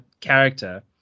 character